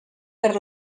per